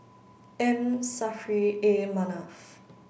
M Saffri A Manaf